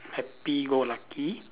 happy go lucky